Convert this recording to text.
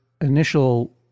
initial